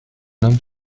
homme